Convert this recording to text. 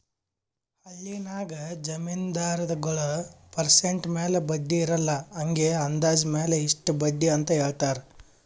ಹಳ್ಳಿನಾಗ್ ಜಮೀನ್ದಾರಗೊಳ್ ಪರ್ಸೆಂಟ್ ಮ್ಯಾಲ ಬಡ್ಡಿ ಇರಲ್ಲಾ ಹಂಗೆ ಅಂದಾಜ್ ಮ್ಯಾಲ ಇಷ್ಟ ಬಡ್ಡಿ ಅಂತ್ ಹೇಳ್ತಾರ್